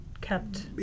kept